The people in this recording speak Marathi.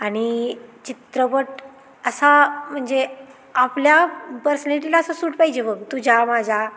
आणि चित्रपट असा म्हणजे आपल्या पर्सनॅलिटीला असं सूट पाहिजे बघ तुझ्या माझ्या